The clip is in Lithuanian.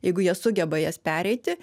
jeigu jie sugeba jas pereiti